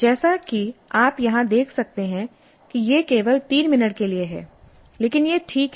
जैसा कि आप यहां देख सकते हैं यह केवल 3 मिनट के लिए है लेकिन यह ठीक है